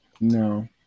No